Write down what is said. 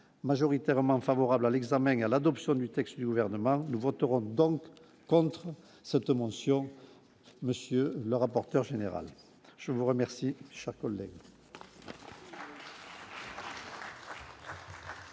majoritairement favorable à l'examen et à l'adoption du texte du gouvernement nous voterons donc contre cette mention, monsieur le rapporteur général, je vous remercie chaque relais.